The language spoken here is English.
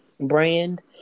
brand